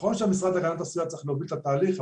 נכון שהמשרד להגנת הסביבה צריך להוביל את התהליך,